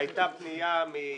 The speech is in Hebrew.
הייתה פנייה מיוון,